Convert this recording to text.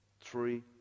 three